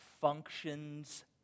functions